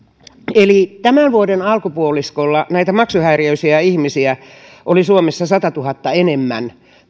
eli tämän vuoden alkupuoliskolla tammi kesäkuussa näitä maksuhäiriöisiä ihmisiä oli suomessa sadantuhannen enemmän